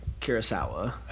Kurosawa